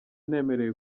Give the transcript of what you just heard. nemerewe